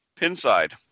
Pinside